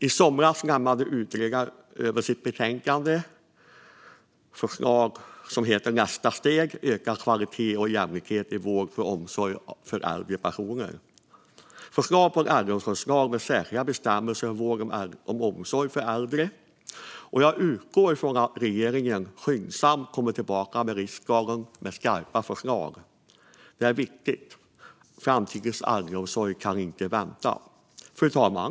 I somras lämnade utredaren över sitt betänkande Nästa steg - ökad kvalitet och jämlik het i vård och omsorg för äldre personer med förslag på en äldreomsorgslag med särskilda bestämmelser om vård och omsorg för äldre. Jag utgår från att regeringen skyndsamt kommer tillbaka till riksdagen med skarpa förslag. Det är viktigt. Framtidens äldreomsorg kan inte vänta. Fru talman!